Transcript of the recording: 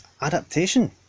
Adaptation